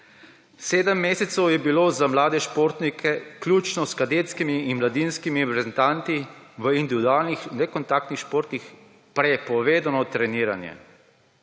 »Sedem mesecev je bilo za mlade športnike vključno s kadetskimi in mladinskimi reprezentanti v individualnih nekontaktnih športih prepovedano treniranje.«